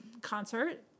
concert